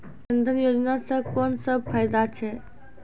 जनधन योजना सॅ कून सब फायदा छै?